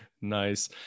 Nice